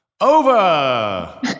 over